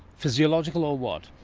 physiological, or what?